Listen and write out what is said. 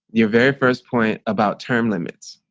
your very first point about term limits.